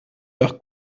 leur